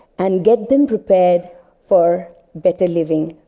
and get them prepared for better living,